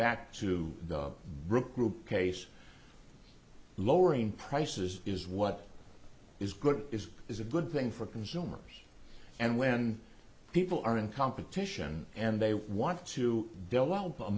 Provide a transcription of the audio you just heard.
back to the brook group case lowering prices is what is good is is a good thing for consumers and when people are in competition and they want to